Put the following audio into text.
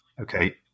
Okay